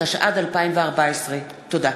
התשע"ד 2014. תודה.